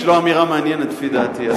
יש לו אמירה מעניינת לפי דעתי.